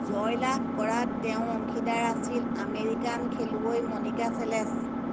জয়লাভ কৰাত তেওঁৰ অংশীদাৰ আছিল আমেৰিকান খেলুৱৈ মনিকা ছেলেছ